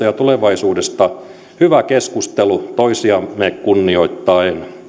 ja tulevaisuudesta hyvä keskustelu toisiamme kunnioittaen